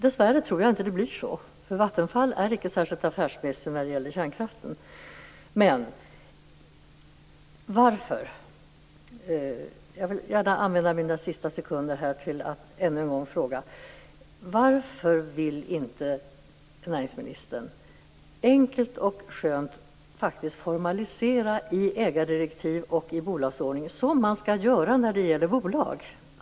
Dessvärre tror jag inte att det blir så, för Vattenfall är inte särskilt affärsmässigt när det gäller kärnkraften. Jag vill gärna använda mina sista sekunder här till att ännu en gång fråga: Varför vill inte näringsministern enkelt och skönt faktiskt formalisera det här i ägardirektiv och i bolagsordning som man skall göra när det gäller bolag?